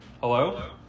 Hello